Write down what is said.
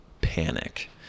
panic